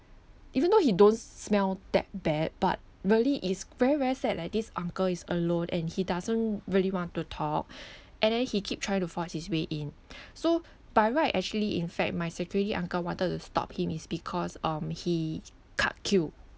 even though he don't smell that bad but really is very very sad leh this uncle is alone and he doesn't really want to talk and then he keep trying to force his way in so by right actually in fact my security uncle wanted to stop him is because um he cut queue